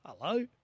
hello